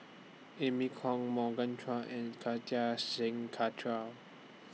Amy Khor Morgan Chua and Kartar Singh